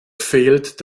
fehlt